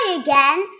again